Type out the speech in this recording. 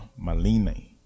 Malini